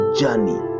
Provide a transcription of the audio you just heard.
journey